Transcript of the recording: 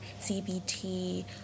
CBT